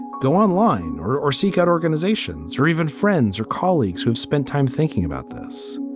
go online or or seek out organizations or even friends or colleagues who have spent time thinking about this.